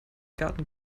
garten